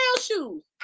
shoes